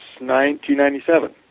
1997